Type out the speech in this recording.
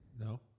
No